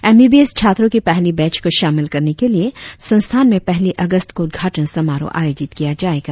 M M B S छात्रों की पहली बैच को शामिल करने के लिए संस्थान में पहली अगस्त को उद्घाटन समारोह आयोजित किया जाएगा